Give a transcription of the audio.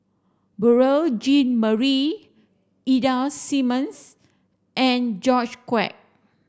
Beurel Jean Marie Ida Simmons and George Quek